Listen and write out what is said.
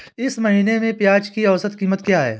इस महीने में प्याज की औसत कीमत क्या है?